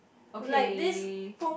okay